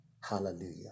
Hallelujah